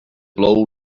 blow